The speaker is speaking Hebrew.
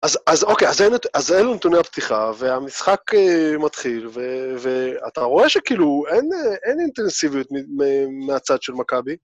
אז אוקיי, אז אלו נתוני הפתיחה, והמשחק מתחיל, ואתה רואה שכאילו אין אינטנסיביות מהצד של מכבי?